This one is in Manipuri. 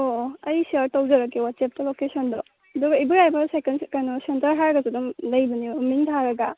ꯑꯣ ꯑꯣ ꯑꯩ ꯁꯤꯌꯔ ꯇꯧꯖꯔꯛꯀꯦ ꯋꯥꯆꯞꯇ ꯂꯣꯀꯦꯁꯟꯗꯣ ꯑꯗꯨꯒ ꯏꯕꯣꯌꯥꯏꯃ ꯁꯥꯏꯀꯜ ꯀꯩꯅꯣ ꯁꯦꯟꯇꯔ ꯍꯥꯏꯔꯒꯁꯨ ꯑꯗꯨꯝ ꯂꯩꯕꯅꯦ ꯃꯃꯤꯡ ꯊꯥꯔꯒ